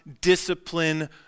discipline